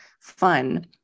fun